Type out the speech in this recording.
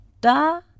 Da